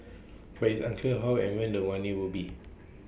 but it's unclear how and when the money will be